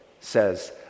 says